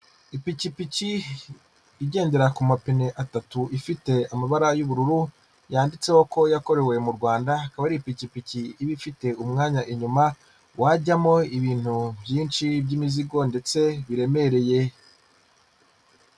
Ipikipiki igendera ku mapine atatu ifite amabara y'ubururu yanditseho ko yakorewe mu rwanda akaba ari ipikipiki iba ifite umwanya inyuma wajyamo ibintu byinshi by'imizigo ndetse biremereye.